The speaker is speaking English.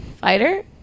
Fighter